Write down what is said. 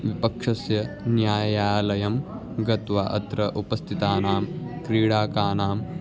विपक्षस्य न्यायालयं गत्वा अत्र उपस्थितानां क्रीडकानां